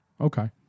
Okay